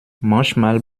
manchmal